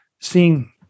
seeing